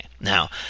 Now